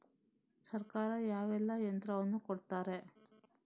ಸರ್ಕಾರ ಯಾವೆಲ್ಲಾ ಯಂತ್ರವನ್ನು ಕೊಡುತ್ತಾರೆ?